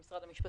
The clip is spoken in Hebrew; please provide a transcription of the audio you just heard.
ממשרד המשפטים.